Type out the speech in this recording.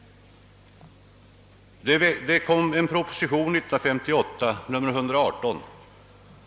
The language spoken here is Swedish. Det kom en proposition 1958, nr 118.